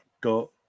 Got